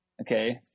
Okay